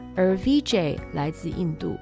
而VJ来自印度